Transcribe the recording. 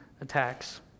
attacks